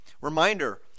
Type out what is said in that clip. Reminder